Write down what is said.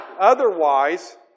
otherwise